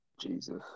Jesus